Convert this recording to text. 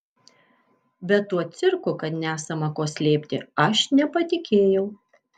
bet tuo cirku kad nesama ko slėpti aš nepatikėjau